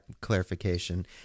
clarification